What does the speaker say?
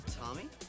Tommy